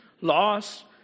loss